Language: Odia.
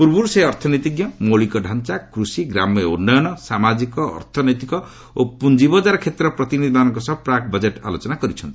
ପୂର୍ବରୁ ସେ ଅର୍ଥନୀତିଜ୍ଞ ମୌଳିକଢାଞ୍ଚା କୃଷି ଗ୍ରାମ୍ୟ ଉନ୍ନୟନ ସାମାଜିକ ଅର୍ଥନୈତିକ ଓ ପୁଞ୍ଜିବଜାର କ୍ଷେତ୍ରର ପ୍ରତିନିଧିକ୍କ ସହ ପ୍ରାକ୍ ବଜେଟ୍ ଆଲୋଚନା କରିଛନ୍ତି